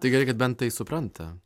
tai gerai kad bent tai supranta